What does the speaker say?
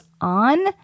on